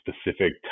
specific